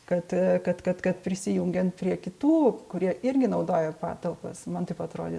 kad kad kad kad prisijungiant prie kitų kurie irgi naudoja patalpas man taip atrody